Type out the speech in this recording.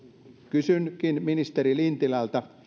kysynkin ministeri lintilältä